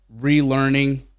relearning